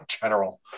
general